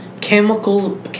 Chemical